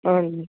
అవును అండి